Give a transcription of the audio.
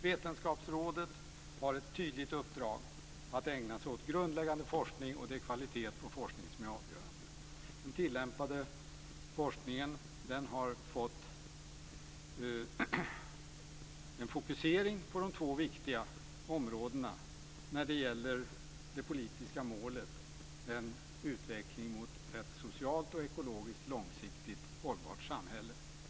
Vetenskapsrådet har ett tydligt uppdrag och det är att man ska ägna sig åt grundläggande forskning. Det är kvaliteten på forskningen som är avgörande. För den tillämpade forskningen har det blivit en fokusering på de två viktiga områdena när det gäller det politiska målet: en utveckling mot ett socialt och ekologiskt långsiktigt hållbart samhälle.